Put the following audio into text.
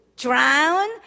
drown